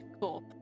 cool